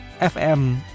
FM